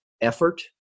effort